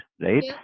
right